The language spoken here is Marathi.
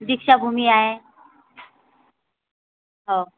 दीक्षाभूमी आहे हो